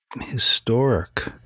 historic